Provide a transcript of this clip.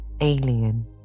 alien